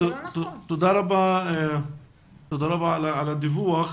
תודה רבה על הדיווח.